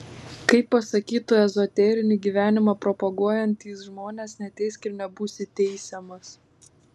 kaip pasakytų ezoterinį gyvenimą propaguojantys žmonės neteisk ir nebūsi teisiamas